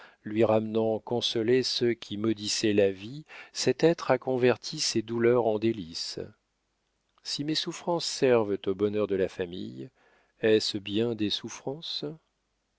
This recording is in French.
lui ramenant consolés ceux qui maudissaient la vie cet être a converti ses douleurs en délices si mes souffrances servent au bonheur de la famille est-ce bien des souffrances